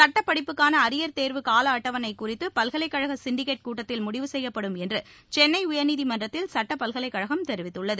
சுட்டப்படிப்புக்கானஅரியர் தேர்வு காலஅட்டவணைகுறித்துபல்கலைக் கழகசிண்டிகேட் கூட்டத்தில் முடிவு செய்யப்படும் என்றுசென்னைஉயா்நீதிமன்றத்தில் சட்டப் பல்கலைக் கழகம் தெரிவித்துள்ளது